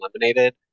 eliminated